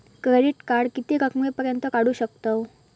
Credit card किती रकमेपर्यंत काढू शकतव?